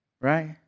Right